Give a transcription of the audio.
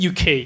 UK